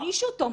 מישהו תומך?